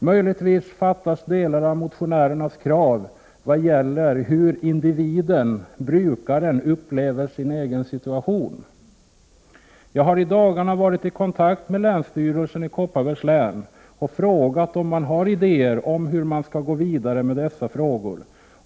Möjligtvis saknas underlag för delar av motionernas krav vad gäller hur individen-brukaren upplever sin situation. Jag har i dagarna varit i kontakt med länsstyrelsen i Kopparbergs län och frågat om man har idéer om hur man skall gå vidare med dessa frågor.